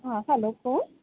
हां हॅलो कोण